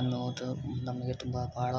ಅನ್ನುವುದು ನಮಗೆ ತುಂಬ ಭಾಳ